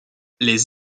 les